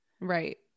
Right